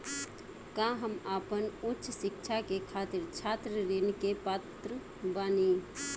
का हम आपन उच्च शिक्षा के खातिर छात्र ऋण के पात्र बानी?